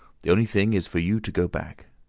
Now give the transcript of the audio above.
the only thing is for you to go back.